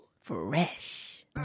Fresh